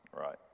Right